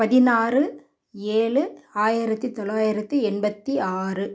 பதினாறு ஏழு ஆயிரத்து தொள்ளாயிரத்து எண்பத்து ஆறு